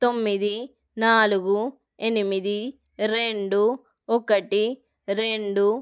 తొమ్మిది నాలుగు ఎనిమిది రెండు ఒకటి రెండు